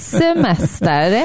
semester